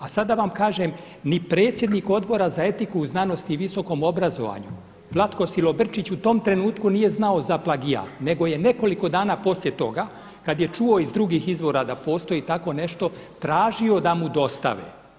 A sada da vam kažem, ni predsjednik Odbora za etiku u znanosti i visokom obrazovanju Vlatko Silobrčić u tom trenutku nije znao za plagijat nego je nekoliko dana poslije toga kada je čuo iz drugih izvora da postoji tako nešto tražio da mu dostave.